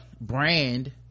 brand